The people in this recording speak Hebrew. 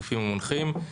הגופים המונחים.